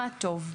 מה טוב.